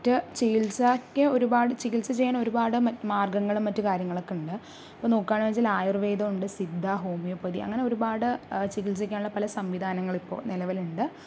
ആ മറ്റു ചികിത്സയ്ക്ക് ഒരുപാട് ചികിത്സ ചെയ്യാൻ ഒരുപാട് മ മാർഗ്ഗങ്ങളും മറ്റു കാര്യങ്ങളൊക്കെ ഉണ്ട് ഇപ്പോൾ നോക്കുകയാണെന്ന് വെച്ചാൽ ആയുർവേദമുണ്ട് സിദ്ധ അങ്ങനെ ഒരുപാട് ചികിത്സിക്കാനുള്ള പല സംവിധാനങ്ങളിപ്പോൾ നിലവിലുണ്ട്